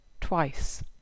twice